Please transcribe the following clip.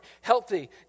healthy